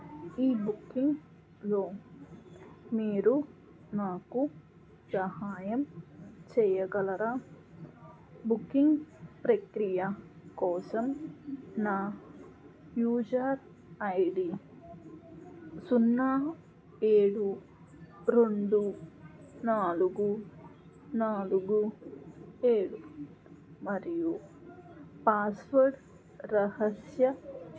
ఈ బుకింగ్లో మీరు నాకు సహాయం చెయ్యగలరా బుకింగ్ ప్రక్రియ కోసం నా యూజర్ ఐ డీ సున్నా ఏడు రెండు నాలుగు నాలుగు ఏడు మరియు పాస్వర్డ్ రహస్య